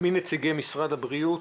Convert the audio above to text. מנציגי משרד הבריאות,